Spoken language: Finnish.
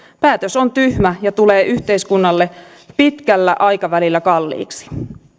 päätös on tyhmä ja tulee yhteiskunnalle pitkällä aikavälillä kalliiksi